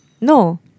no